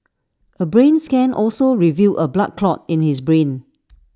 A brain scan also revealed A blood clot in his brain